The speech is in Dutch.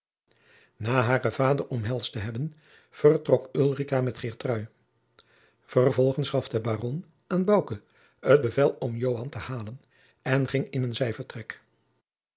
na haren vader omhelsd te hebben vertrok ulrica met geertrui vervolgens gaf de baron aan bouke het bevel om joan te halen en ging in een